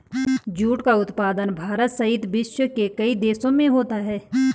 jute का उत्पादन भारत सहित विश्व के कई देशों में होता है